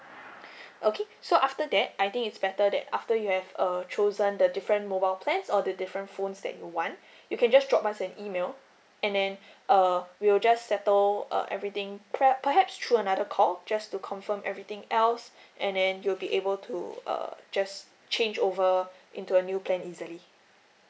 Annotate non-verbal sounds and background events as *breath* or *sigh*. *breath* okay so after that I think it's better that after you have err chosen the different mobile plans or the different phones that you want you can just drop us an email and then *breath* uh we will just settle err everything prep perhaps through another call just to confirm everything else *breath* and then you'll be able to uh just change over into a new plan easily